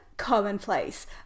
commonplace